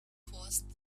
caused